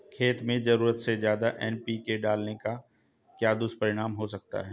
खेत में ज़रूरत से ज्यादा एन.पी.के डालने का क्या दुष्परिणाम हो सकता है?